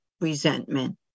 resentment